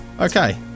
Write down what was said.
Okay